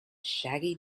shaggy